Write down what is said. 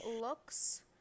Looks